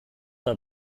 bei